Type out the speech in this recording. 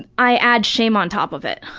i add shame on top of it.